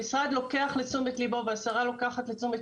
המשרד לוקח לתשומת ליבו והשרה לוקחת לתשומת